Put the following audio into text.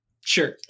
Sure